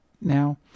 Now